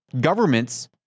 governments